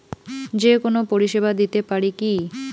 যে কোনো পরিষেবা দিতে পারি কি?